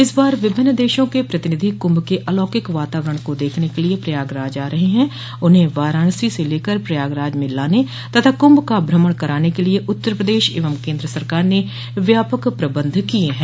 इस बार विभिन्न देशों के प्रतिनिधि क्रंभ के आलौकिक वातावरण को देखने के लिए प्रयागराज आ रहे हैं उन्हें वाराणसी से लेकर प्रयागराज में लाने तथा कुंभ का भ्रमण कराने के लिए उत्तर प्रदेश एवं केन्द्र सरकार ने व्यापक प्रबन्ध किये हैं